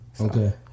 Okay